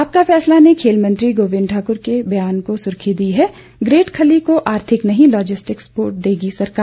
आपका फैसला ने खेल मंत्री गोबिंद ठाकुर के बयान को सुर्खी दी है ग्रेट खली को आर्थिक नहीं लॉजिस्टिक सपोर्ट देगी सरकार